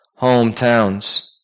hometowns